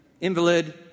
invalid